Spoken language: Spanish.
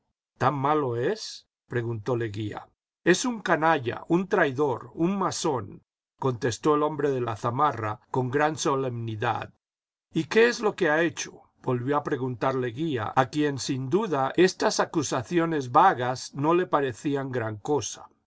tan malo es preguntó leguía es un canalla un traidor un masón contestó el hombre de la zamarra con gran solemnidad y jqué es lo que ha hecho volvió a preguntar leguía a quien sin duda estas acusaciones vagas no le parecían gran cosa